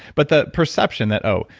but the perception that oh,